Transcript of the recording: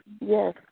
Yes